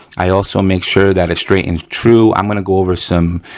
i also make sure that it's straight and true, i'm gonna go over some